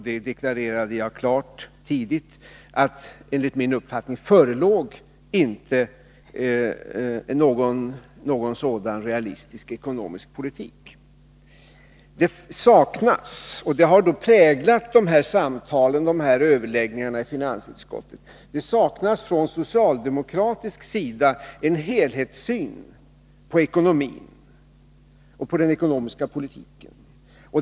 Jag deklarerade också tydligt och klart att regeringen enligt min uppfattning inte hade någon sådan realistisk ekonomisk politik. Det saknas — och det har präglat de här överläggningarna i finansutskottet - från socialdemokratisk sida en helhetssyn på ekonomin och på den ekonomiska politiken.